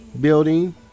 building